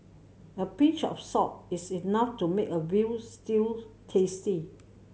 a pinch of salt is enough to make a veal stew tasty